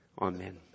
Amen